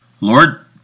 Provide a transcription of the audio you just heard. Lord